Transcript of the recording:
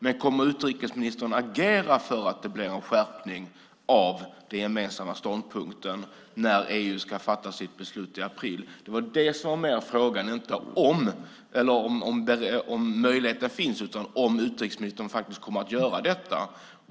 Men kommer utrikesministern att agera för att det blir en sådan skärpning när EU ska fatta sitt beslut i april? Det var det som var frågan, inte om möjligheten finns utan om utrikesministern faktiskt kommer att agera för detta.